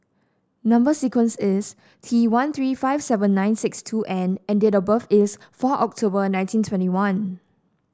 number sequence is T one three five seven nine six two N and date of birth is four October nineteen twenty one